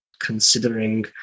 considering